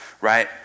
right